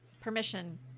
permission